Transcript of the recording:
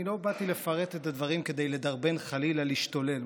אני לא באתי לפרט את הדברים כדי לדרבן חלילה להשתולל,